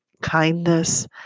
kindness